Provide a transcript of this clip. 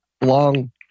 long